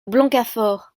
blancafort